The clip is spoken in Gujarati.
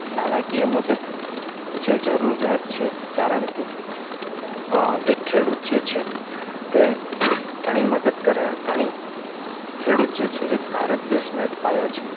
નાણાકીય મદદ જે જરૂરિયાત છે કારણ કે એક ખેડૂત જે છે તે ઘણી મદદ કરે ઘણી ખેડૂત જે છે એક ભારત દેશનો એક પાયો છે